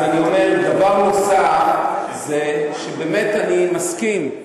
אז אני אומר, דבר נוסף זה שבאמת אני מסכים,